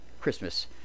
Christmas